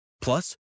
Plus